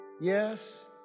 Yes